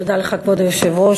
כבוד היושב-ראש,